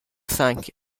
sank